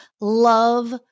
love